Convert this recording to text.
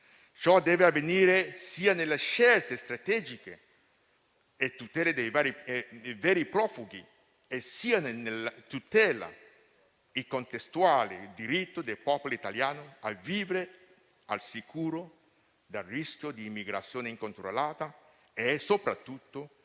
Ciò deve avvenire sia nelle scelte strategiche e tutele dei veri profughi, sia nella tutela del diritto del popolo italiano a vivere al sicuro dal rischio di immigrazione incontrollata e soprattutto